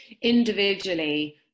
individually